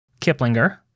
Kiplinger